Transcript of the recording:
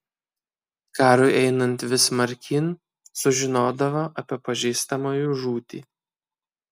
karui einant vis smarkyn sužinodavo apie pažįstamųjų žūtį